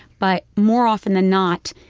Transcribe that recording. but more often than not,